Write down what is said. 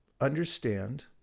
understand